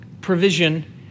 provision